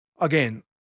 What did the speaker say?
again